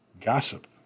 gossip